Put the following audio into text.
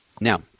Now